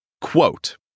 quote